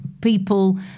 people